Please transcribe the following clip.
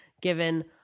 given